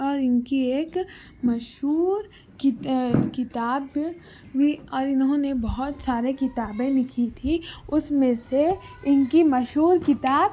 اور ان کی ایک مشہور کتاب کتاب میں اور انہوں نے بہت سارے کتابیں لکھی تھی اس میں سے ان کی مشہور کتاب